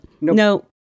no